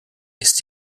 ist